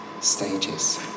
stages